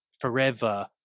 forever